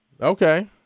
Okay